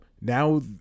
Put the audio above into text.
now